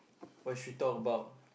what should we talk about